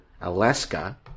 Alaska